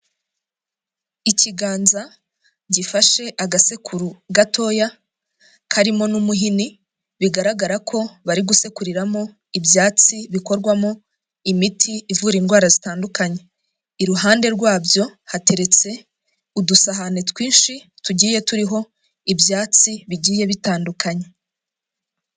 Ikiganza gifashe agasekuru gatoya karimo n'umuhini bigaragara ko bari gusekuriramo ibyatsi bikorwamo imiti ivura indwara zitandukanye iruhande rwabyo hateretse udusahane twinshi tugiye turiho ibyatsi bigiye bitandukanye.